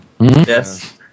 Yes